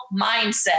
mindset